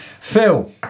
phil